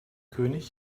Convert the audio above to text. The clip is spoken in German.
könig